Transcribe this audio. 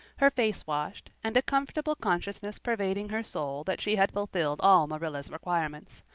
her face washed, and a comfortable consciousness pervading her soul that she had fulfilled all marilla's requirements.